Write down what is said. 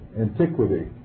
antiquity